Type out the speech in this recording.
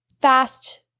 fast